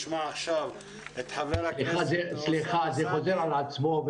זה חוזר על עצמו.